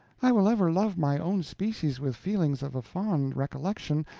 i will ever love my own species with feelings of a fond recollection,